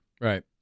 Right